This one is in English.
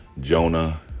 Jonah